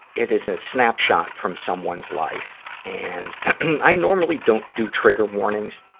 it is a snapshot from someone's life, and i normally don't do trigger warnings,